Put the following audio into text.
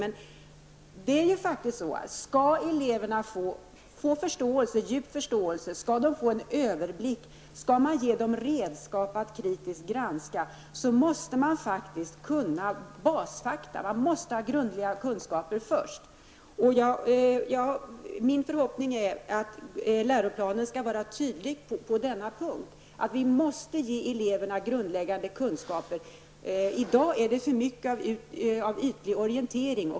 Men skall eleverna få djup förståelse, skall de få överblick, skall man ge dem redskap att kritiskt granska, måste man faktiskt se till att de kan basfakta. De måste ha grundliga kunskaper först. Min förhoppning är att läroplanen skall vara tydlig på denna punkt. Vi måste ge eleverna grundläggande kunskaper. I dag är det för mycket av ytlig orientering.